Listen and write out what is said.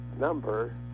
number